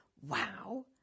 wow